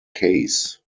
case